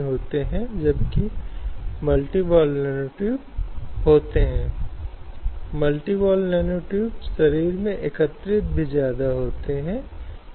महिलाएं विभिन्न कैरियर विकल्पों का चयन कर रही हैं और जैसे जैसे वे आगे बढ़ रही हैं वे धीरे धीरे उन स्थानों पर अतिक्रमण कर रही हैं जो पारंपरिक रूप से पुरुषों के लिए आरक्षित थे